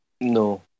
No